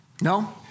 No